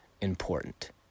important